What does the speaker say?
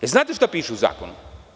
Znate šta piše u zakonu?